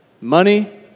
Money